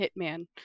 Hitman